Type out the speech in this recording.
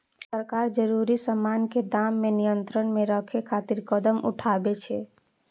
सरकार जरूरी सामान के दाम कें नियंत्रण मे राखै खातिर कदम उठाबै छै